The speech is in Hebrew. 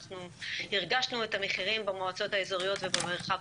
אנחנו הרגשנו את המחירים במועצה האזוריות ובמרחב